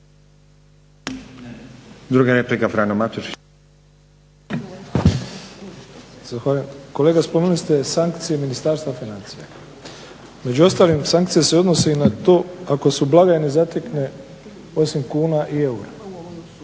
**Matušić, Frano (HDZ)** Zahvaljujem. Kolega spominjali ste sankcije Ministarstva financija, među ostalim sankcije se odnose i na to ako su blagajne zatekne osim kuna i eura